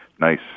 nice